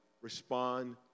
respond